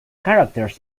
characters